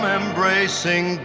embracing